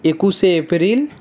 Ekushey April